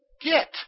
get